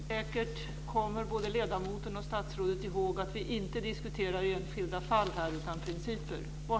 Säkert kommer både ledamoten och statsrådet ihåg att vi inte diskuterar enskilda fall här utan principer.